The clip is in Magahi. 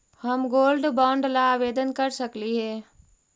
हम गोल्ड बॉन्ड ला आवेदन कर सकली हे?